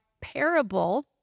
parable